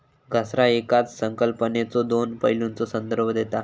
घसारा येकाच संकल्पनेच्यो दोन पैलूंचा संदर्भ देता